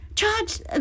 Charge